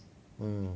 mm